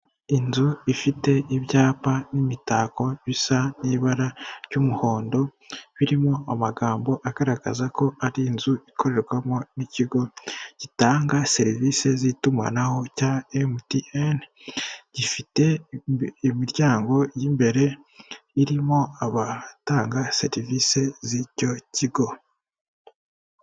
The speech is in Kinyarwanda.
Inzu ifite ibyapa n'imitako bisa n'ibara ry'umuhondo birimo amagambo agaragaza ko ari inzu ikorerwamo n'ikigo gitanga serivisi z'itumanaho cya emutiyeni gifite imiryango y'imbere irimo abatanga serivisi z'icyo kigo.